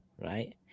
right